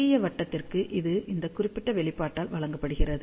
சிறிய வட்டத்திற்கு இது இந்த குறிப்பிட்ட வெளிப்பாட்டால் வழங்கப்படுகிறது